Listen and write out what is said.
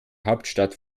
hauptstadt